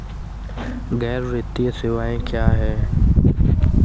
गैर वित्तीय सेवाएं क्या हैं?